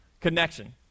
connection